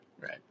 Right